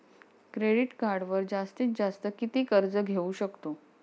Credit कार्डवर जास्तीत जास्त किती कर्ज घेऊ शकतो?